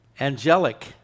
angelic